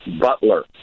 Butler